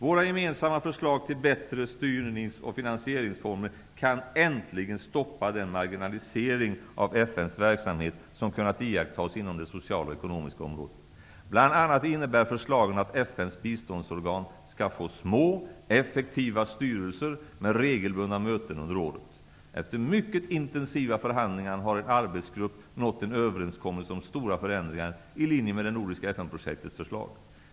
Våra gemensamma förslag till bättre styrnings och finansieringsformer kan äntligen stoppa den marginalisering av FN:s verksamhet som kunnat iakttas inom det sociala och ekonomiska området. Bl.a. innebär förslagen att FN:s biståndsorgan skall få små, effektiva styrelser med regelbundna möten under året. Efter mycket intensiva förhandlingar, har en arbetsgrupp nått en överenskommelse om stora förändringar i linje med det nordiska FN projektets förslag.